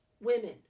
women